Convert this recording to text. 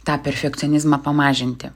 tą perfekcionizmą pamažinti